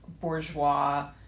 bourgeois